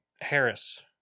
harris